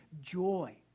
joy